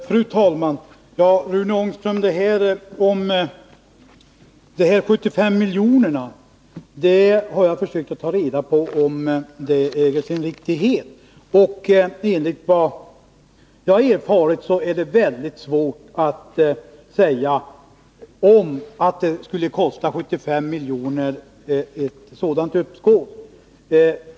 Fru talman! Jag har, Rune Ångström, försökt ta reda på om det äger sin riktighet att ett uppskov skulle kosta 75 milj.kr. Enligt vad jag har erfarit är det svårt att uttala sig om det.